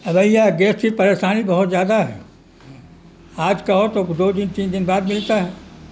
بھیا گیس کی پریشانی بہت زیادہ ہے آج کہو تو دو دن تین دن بعد ملتا ہے